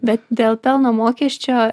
bet dėl pelno mokesčio